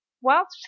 whilst